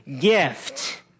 gift